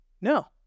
No